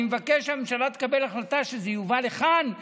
אני מבקש שהממשלה תקבל החלטה שזה יובא לכאן לאישור.